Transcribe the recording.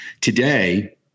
Today